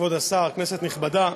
כבוד השר, כנסת נכבדה,